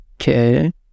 Okay